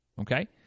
Okay